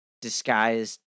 disguised